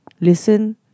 listen